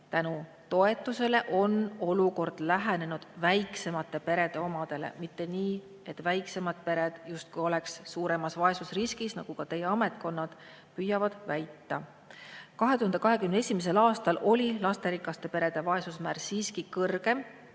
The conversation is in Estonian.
Tänu toetusele on olukord lähenenud väiksemate perede olukorrale, mitte nii, et väiksemad pered justkui oleks suuremas vaesusriskis, nagu teie ametkonnad püüavad väita. 2021. aastal oli lasterikaste perede vaesusmäär siiski kõrgem